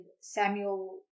samuel